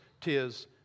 tis